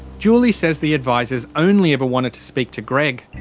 julie says the advisers only ever wanted to speak to greg.